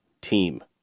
team